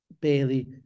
Bailey